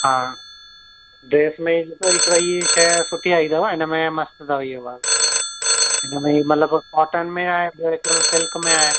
हा ड्रेस में ॾिसो हिकिड़ो हीउ शइ सुठी आई अथव हिन में मस्तु अथव इहो वर्क़ हिन में मतलबु कोटन में आहे ॿियो हिकिड़ो सिल्क में आहे